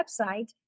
website